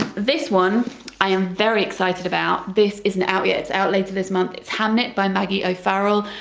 this one i am very excited about, this isn't out yet it's out later this month it's hamnet by maggie o'farrell.